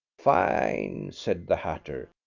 fine, said the hatter.